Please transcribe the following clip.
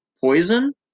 Poison